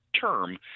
term